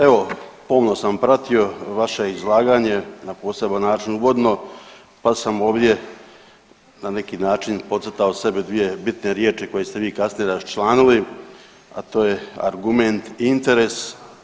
Evo pomno sam pratio vaše izlaganje na poseban način uvodno pa sam ovdje na neki način podcrtao sebi dvije bitne riječi koje ste vi kasnije raščlanili, a to je argument interes.